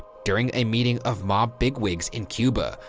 during a meeting of mob bigwigs in cuba,